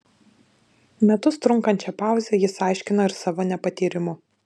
metus trunkančią pauzę jis aiškino ir savo nepatyrimu